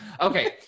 Okay